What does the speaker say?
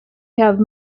have